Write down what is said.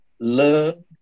learn